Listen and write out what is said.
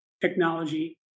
technology